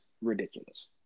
ridiculous